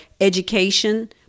education